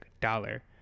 dollar